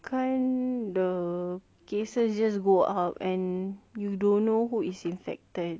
kan the cases just go up and you don't know who is infected